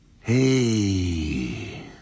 hey